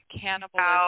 cannibalism